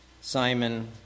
Simon